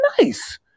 nice